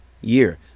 year